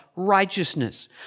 righteousness